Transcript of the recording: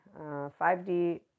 5D